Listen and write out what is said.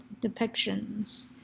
depictions